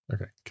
Okay